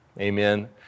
amen